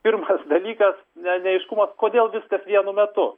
pirmas dalykas ne neaiškumas kodėl viskas vienu metu